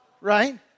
Right